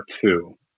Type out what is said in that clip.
two